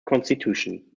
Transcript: constitution